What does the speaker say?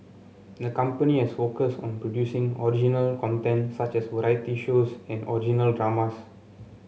the company has focused on producing original content such as variety shows and original dramas